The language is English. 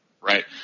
right